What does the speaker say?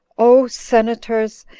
o senators!